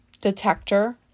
detector